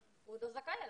הוא עוד לא זכאי לו.